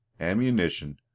ammunition